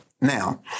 Now